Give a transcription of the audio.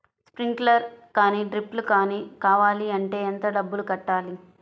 Sprinkler కానీ డ్రిప్లు కాని కావాలి అంటే ఎంత డబ్బులు కట్టాలి?